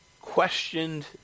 questioned